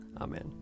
Amen